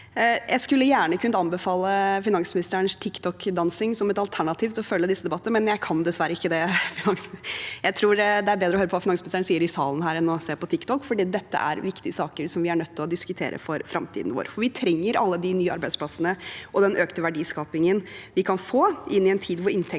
Jeg skulle gjerne kunnet anbefale finansministerens TikTok-dansing som et alternativ til å følge disse debattene, men jeg kan dessverre ikke det. Jeg tror det er bedre å høre på hva finansministeren sier her i salen enn å se på TikTok, for dette er viktige saker som vi er nødt til å diskutere for fremtiden vår. Vi trenger alle de nye arbeidsplassene og den økte verdiskapingen vi kan få, inn i en tid da inntektene